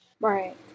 Right